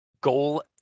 Goal